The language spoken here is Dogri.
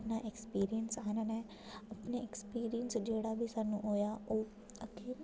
अपना एक्सपिरयंस आह्नना ऐ अपना एक्सपिरयंस जेह्ड़ा बी स्हान्नूं होआ ओह्